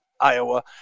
Iowa